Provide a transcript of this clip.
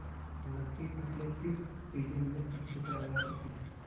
नकदी फसलें किस सीजन में अच्छी पैदावार देतीं हैं?